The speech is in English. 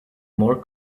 more